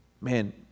man